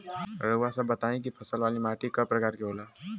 रउआ सब बताई कि फसल वाली माटी क प्रकार के होला?